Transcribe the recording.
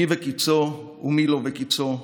מי בקיצו ומי לא בקיצו,